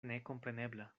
nekomprenebla